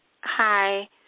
Hi